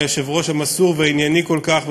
היושב-ראש המסור והענייני כל כך,